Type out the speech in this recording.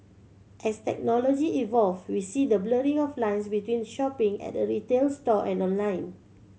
as technology evolve we see the blurring of lines between the shopping at a retail store and online